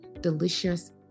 delicious